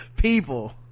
people